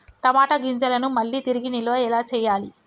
టమాట గింజలను మళ్ళీ తిరిగి నిల్వ ఎలా చేయాలి?